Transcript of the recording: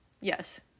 yes